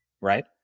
right